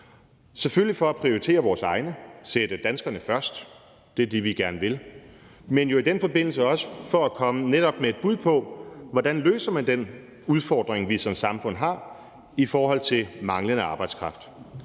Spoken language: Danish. selvfølgelig for at prioritere vores egne, altså at sætte danskerne først. Det er det, vi gerne vil. Men det er jo i den forbindelse netop også for at komme med et bud på, hvordan man løser den udfordring, vi som samfund har, i forhold til manglende arbejdskraft.